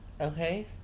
Okay